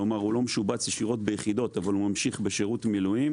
כלומר הוא לא משובץ ישירות ביחידות אבל הוא ממשיך בשירות מילואים,